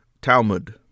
talmud